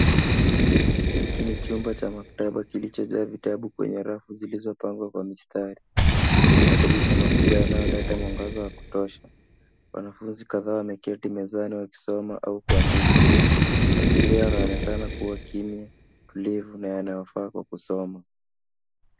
Hiki ni chumba cha maktaba kilicho jaa vitabu kwenye rafu zilizo pangwa kwa mistari na madirisha makubwa yanayoleta mwangaza wa kutosha. Wanafunzi kadhaa wameketi mezani waki soma au kuandika. Mazingira yanaonekana kuwa kimya, tulivu na yanaofaa kwa kusoma.